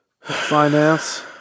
Finance